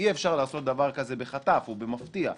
אי-אפשר לעשות דבר כזה בחטף או במפתיע.